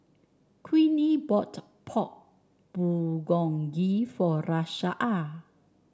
Queenie bought Pork Bulgogi for Rashaan